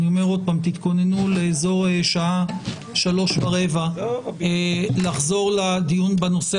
תתכוננו לשעה 15:15, אז נחזור לדיון בנושא